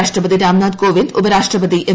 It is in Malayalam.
രാഷ്ട്രപതി രാംനാഥ് കോവിന്ദ് ഉപരാഷ്ട്രപതി എം